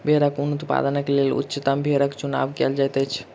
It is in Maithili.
भेड़क ऊन उत्पादनक लेल उच्चतम भेड़क चुनाव कयल जाइत अछि